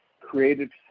created